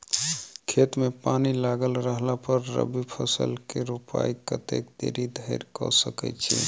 खेत मे पानि लागल रहला पर रबी फसल केँ रोपाइ कतेक देरी धरि कऽ सकै छी?